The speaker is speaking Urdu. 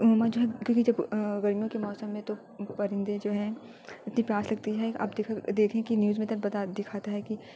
مجھے جب گرمیوں کے موسم میں تو پرندے جو ہیں اتنی پیاس لگتی ہے اب دیکھے دیکھیں کہ نیوز میں تب بتا دکھاتا ہے کہ